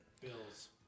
Bills